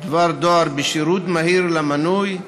2. דבר דואר בשירות מהיר למנוי,